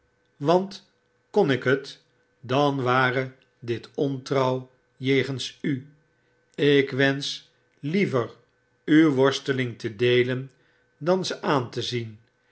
want kon ik het dan ware dit ontrouw tegen u ik wensch liever uw worstelingen te deelen dan ze aan tezien